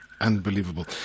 Unbelievable